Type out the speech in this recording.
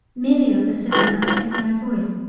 many of the sitting-ups have no voice,